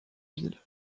ville